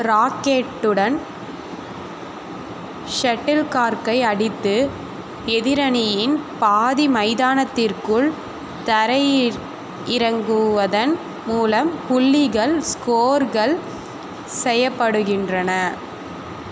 ராக்கெட்டுடன் ஷெட்டில்கார்க்கை அடித்து எதிரணியின் பாதி மைதானத்திற்குள் தரையிற் இறங்குவதன் மூலம் புள்ளிகள் ஸ்கோர்கள் செய்யப்படுகின்றன